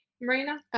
Marina